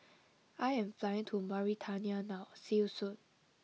I am flying to Mauritania now see you soon